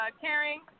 caring